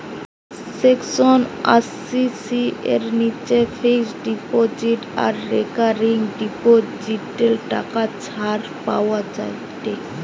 section আশি C এর নিচে ফিক্সড ডিপোজিট আর রেকারিং ডিপোজিটে টাকা ছাড় পাওয়া যায়েটে